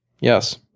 yes